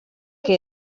que